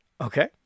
Okay